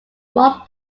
one